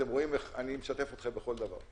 אתם רואים איך אני משתתף אתכם בכל דבר.